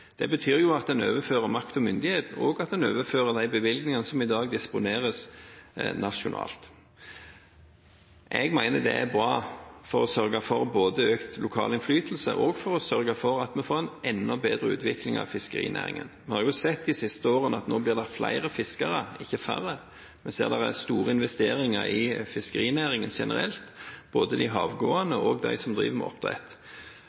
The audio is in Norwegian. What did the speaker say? Det betyr at en overfører makt og myndighet, og at en overfører de bevilgningene som i dag disponeres nasjonalt. Jeg mener det er bra både for å sørge for økt lokal innflytelse og for å sørge for at vi får en enda bedre utvikling av fiskerinæringen. Vi har de siste årene sett at det nå blir flere fiskere, ikke færre. Vi ser at det er store investeringer i fiskerinæringen generelt – både de havgående og de som driver med oppdrett